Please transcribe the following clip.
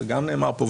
זה גם נאמר פה,